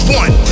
one